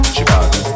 Chicago